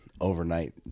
overnight